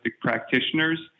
practitioners